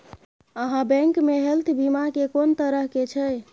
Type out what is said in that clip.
आहाँ बैंक मे हेल्थ बीमा के कोन तरह के छै?